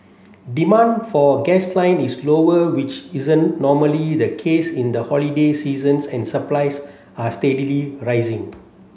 demand for gasoline is lower which isn't normally the case in the holiday seasons and supplies are steadily rising